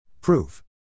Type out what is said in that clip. Proof